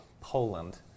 Poland